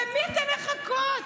למי אתן מחכות?